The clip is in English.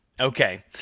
Okay